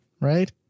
right